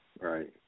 Right